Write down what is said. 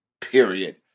period